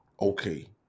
okay